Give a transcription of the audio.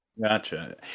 Gotcha